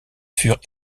furent